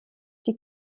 die